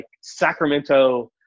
Sacramento